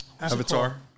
Avatar